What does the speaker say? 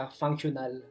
functional